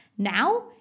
Now